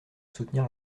soutenir